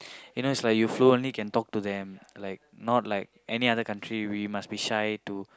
you know it's like you fluently can talk to them like not like any other country we must be shy to